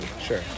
Sure